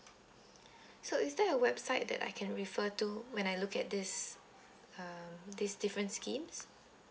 so is there a website that I can refer to when I look at this uh these difference schemes